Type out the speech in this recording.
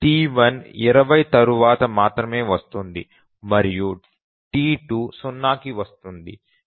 T1 20 తర్వాత మాత్రమే వస్తుంది మరియు T2 0 కి వస్తుంది